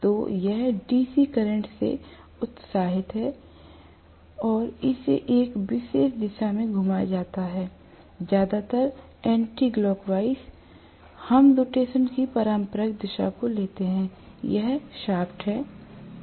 तो यह DC current से उत्साहित है यह उत्साहित है और इसे एक विशेष दिशा में घुमाया जाता है ज्यादातर एंटिक्लॉकवाइज हम रोटेशन की पारंपरिक दिशा को लेते हैं यह शाफ्ट है